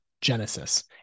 Genesis